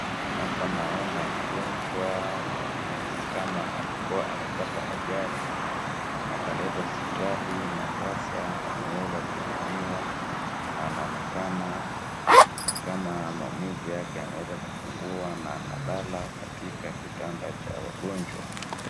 Hapa naona mgonjwa mwenye ni kama alikuwa amepata ajali na akaletwa hospitali na sasa ameweza kuhudumiwa na anaonekana ni kama maumivu yake yameweza kupungua na analala katika kitanda cha wagonjwa.